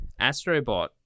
Astrobot